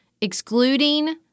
excluding